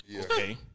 okay